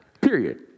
period